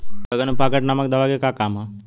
बैंगन में पॉकेट नामक दवा के का काम ह?